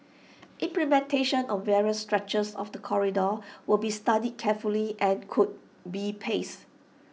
implementation on various stretches of the corridor will be studied carefully and could be paced